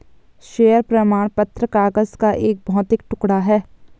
share प्रमाण पत्र कागज का एक भौतिक टुकड़ा है